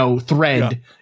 thread